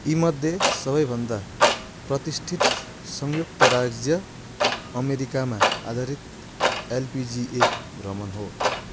यीमध्ये सबैभन्दा प्रतिष्ठित संयुक्त राज्य अमेरिकामा आधारित एलपिजिए भ्रमण हो